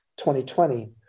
2020